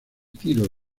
tiro